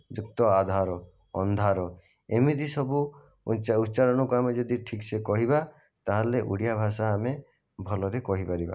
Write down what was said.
ଯୁକ୍ତ ଆଧାର ଅନ୍ଧାର ଏମିତି ସବୁ ଉଚ୍ଚାଉଚ୍ଚାରଣକୁ ଆମେ ଯଦି ଠିକ୍ସେ କହିବା ତାହେଲେ ଓଡ଼ିଆ ଭାଷା ଆମେ ଭଲରେ କହିପାରିବା